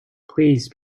please